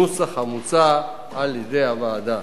בנוסח המוצע על-ידי הוועדה.